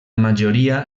majoria